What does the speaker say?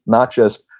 not just,